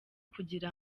kugira